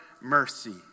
mercy